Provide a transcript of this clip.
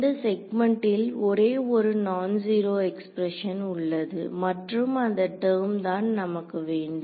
இந்த செக்மென்ட்டில் ஒரே ஒரு நான் ஜீரோ எக்ஸ்பிரஷன் உள்ளது மற்றும் அந்த டெர்ம் தான் நமக்கு வேண்டும்